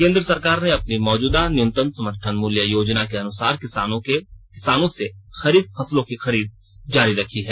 केंद्र सरकार ने अपनी मौजूदा न्यूनतम समर्थन मूल्य योजना के अनुसार किसानों से खरीफ फसलों की खरीद जारी रखी है